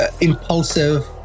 impulsive